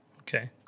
Okay